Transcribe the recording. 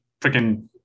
freaking